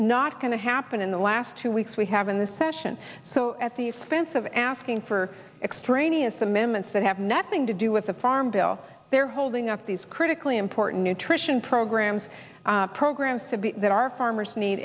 not going to happen in the last two weeks we have in this session so at the fence of asking for extraneous amendments that have net and to do with the farm bill they're holding up these critically important nutrition programs programs to be that our farmers need